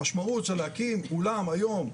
המשמעות של להקים אולם היום,